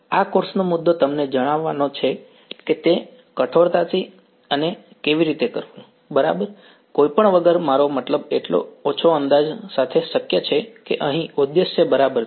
આ કોર્સનો મુદ્દો તમને જણાવવાનો છે કે તે કઠોરતાથી અને બરાબર કેવી રીતે કરવું કોઈપણ વગર મારો મતલબ એટલો ઓછો અંદાજ સાથે શક્ય છે કે અહીં ઉદ્દેશ્ય બરાબર છે